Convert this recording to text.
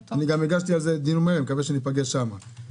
הגשתי על זה דיון מהיר מקווה שניפגש שם.